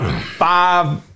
five